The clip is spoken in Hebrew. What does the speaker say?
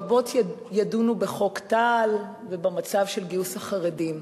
רבות ידונו בחוק טל ובמצב של גיוס החרדים.